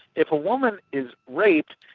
if a woman is raped